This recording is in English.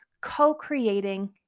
co-creating